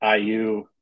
IU